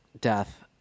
death